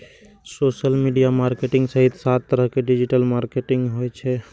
social media marketing सहित सात तरहक डिजिटल मार्केटिंग होइ छै